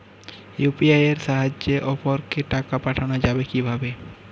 UPI এর সাহায্যে অপরকে টাকা পাঠানো যাবে কিভাবে?